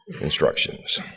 instructions